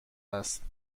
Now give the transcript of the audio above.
است